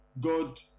God